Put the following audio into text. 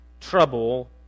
trouble